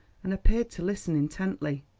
and appeared to listen intently.